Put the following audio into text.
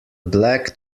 black